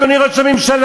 אדוני ראש הממשלה,